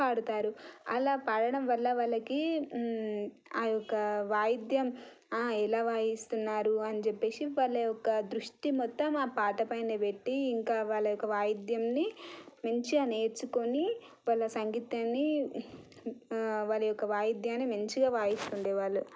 పాడుతారు అలా పాడడం వల్ల వాళ్ళకి ఆయొక్క వాయిద్యం ఎలా వాయిస్తున్నారు అని చెప్పేసి వాళ్ళ యొక్క దృష్టి మొత్తం ఆ పాట పైనే పెట్టి ఇంకా వాళ్ళ యొక్క వాయిద్యంని మంచిగా నేర్చుకొని వాళ్ళ సంగీతాన్ని వాళ్ళ యొక్క వాయిద్యాన్ని మంచిగా వాయిస్తుండేవాళ్ళు